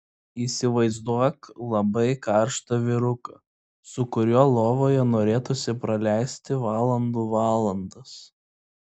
įsivaizduok labai karštą vyruką su kuriuo lovoje norėtųsi praleisti valandų valandas